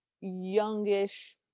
youngish